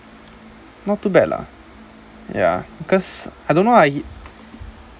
I think not too bad lah ya cause I don't know lah he